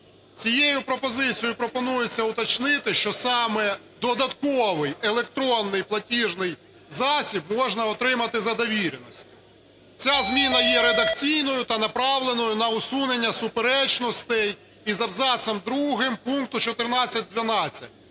Цією пропозицію пропонується уточнити, що саме додатковий електронний платіжний засіб можна отримати за довіреністю. Ця зміна є редакційною та направленою на усунення суперечностей із абзацом другим пункту 14.12,